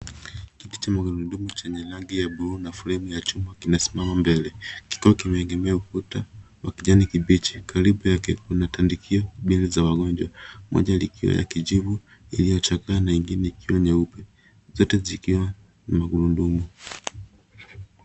Kiti cha magurudumu chenye rangi ya buluu na fremu ya chuma kinasimama mbele, kikiwa kimeegemea ukuta wa kijani kibichi. Karibu yake kuna tandikio mbili za wagonjwa, moja likiwa ya kijivu iliyochakaa na ingine ikiwa nyeupe. Zote zikiwa na magurudumu.